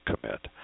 commit